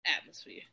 atmosphere